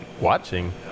watching